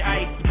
ice